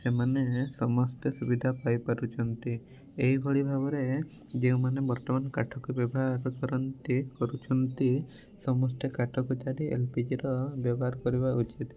ସେମାନେ ସମସ୍ତେ ସୁବିଧା ପାଇପାରୁଛନ୍ତି ଏଇଭଳି ଭାବରେ ଯେଉଁମାନେ ବର୍ତ୍ତମାନ କାଠକୁ ବ୍ୟବହାର କରନ୍ତି କରୁଛନ୍ତି ସମସ୍ତେ କାଠକୁ ଛାଡ଼ି ଏଲ୍ପିଜିର ବ୍ୟବହାର କରିବା ଉଚିତ୍